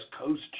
Coast